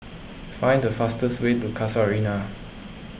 find the fastest way to Casuarina